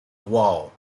wall